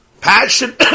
Passion